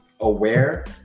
aware